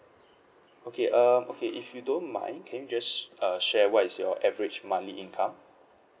okay um okay if you don't mind can you just uh share what is your average monthly income